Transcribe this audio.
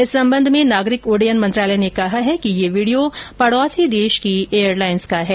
इस संबंध में नागरिक उड्डयन मंत्रालय ने कहा है कि यह वीडियो पड़ोसी देश की एयरलाइंस का है